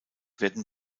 werden